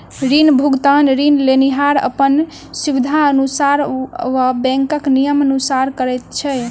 ऋण भुगतान ऋण लेनिहार अपन सुबिधानुसार वा बैंकक नियमानुसार करैत छै